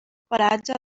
paratge